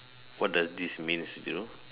what does this means you know